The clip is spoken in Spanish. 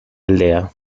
aldea